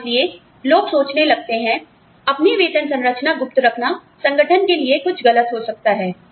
और इसलिए लोग सोचने लगते हैं अपनी वेतन संरचना गुप्त रखना संगठन के लिए कुछ गलत हो सकता है